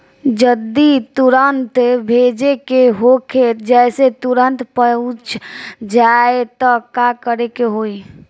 जदि तुरन्त भेजे के होखे जैसे तुरंत पहुँच जाए त का करे के होई?